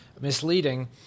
misleading